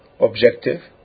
objective